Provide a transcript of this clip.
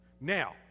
Now